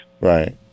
Right